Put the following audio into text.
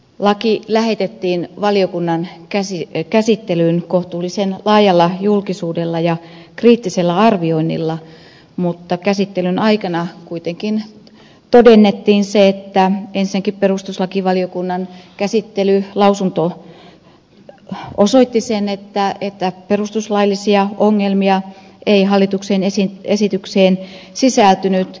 laki lähetettiin valiokunnan käsittelyyn kohtuullisen laajalla julkisuudella ja kriittisellä arvioinnilla mutta käsittelyn aikana kuitenkin todennettiin se että ensinnäkin perustuslakivaliokunnan lausunto osoitti sen että perustuslaillisia ongelmia ei hallituksen esitykseen sisältynyt